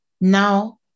now